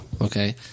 Okay